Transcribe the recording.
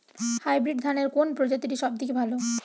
Hybrid ধানের কোন প্রজীতিটি সবথেকে ভালো?